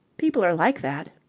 people are like that.